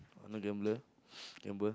I no gambler gamble